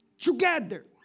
together